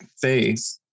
faith